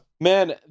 man